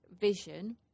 vision